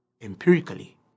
empirically